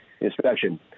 inspection